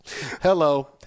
Hello